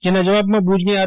જેના જવાબમાં ભુજની આર